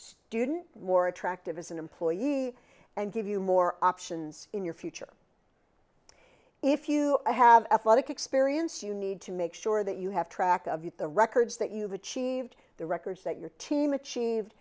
student more attractive as an employee and give you more options in your future if you have athletic experience you need to make sure that you have track of the records that you've achieved the records that your team achieved